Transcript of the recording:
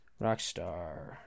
Rockstar